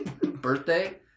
birthday